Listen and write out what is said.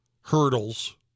hurdles